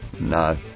No